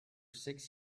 six